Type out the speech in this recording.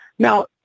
Now